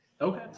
Okay